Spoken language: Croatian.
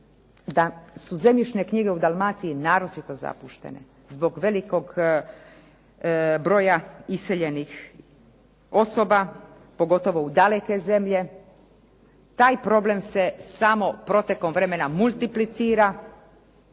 Da su zemljišne knjige naročito zapuštene zbog velikog broja iseljenih osoba, pogotovo u daleke zemlje. Taj problem se samo protekom vremena multiplicira.